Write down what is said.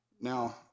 Now